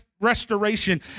restoration